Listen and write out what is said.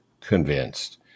convinced